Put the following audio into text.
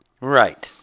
Right